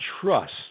trust